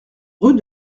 rue